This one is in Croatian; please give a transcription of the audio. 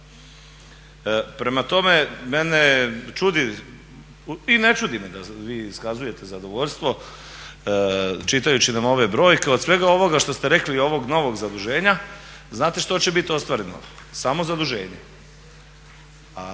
Prema tome, mene čudi, i ne čudi me da vi iskazujete zadovoljstvo čitajući nam ove brojke. Od svega ovoga što ste rekli, ovog novog zaduženja, znate što će biti ostvareno? Samo zaduženje.